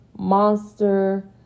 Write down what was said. monster